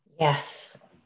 yes